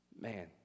Man